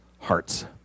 hearts